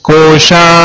Kosha